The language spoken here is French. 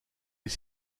les